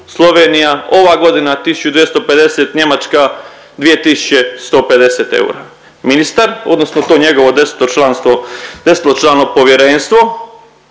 Slovenija ova godina 1.250, Njemačka 2.150 eura. Ministar odnosno to njegovo desetočlano povjerenstvo